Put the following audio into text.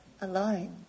alone